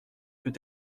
peut